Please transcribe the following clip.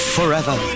Forever